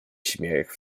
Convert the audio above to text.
śmiech